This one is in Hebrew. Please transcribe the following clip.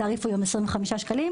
שהתעריף ליום הוא 25 שקלים,